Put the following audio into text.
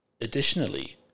Additionally